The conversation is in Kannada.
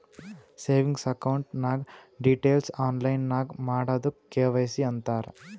ಸೇವಿಂಗ್ಸ್ ಅಕೌಂಟ್ ನಾಗ್ ಡೀಟೇಲ್ಸ್ ಆನ್ಲೈನ್ ನಾಗ್ ಮಾಡದುಕ್ ಕೆ.ವೈ.ಸಿ ಅಂತಾರ್